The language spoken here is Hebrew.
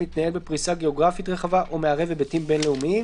מתנהל בפריסה גיאוגרפית רחבה או מערב היבטים בין-לאומיים,".